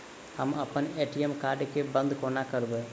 हम अप्पन ATM card केँ बंद कोना करेबै?